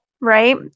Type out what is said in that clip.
right